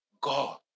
God